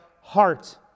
heart